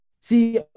See